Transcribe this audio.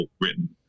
written